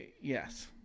Yes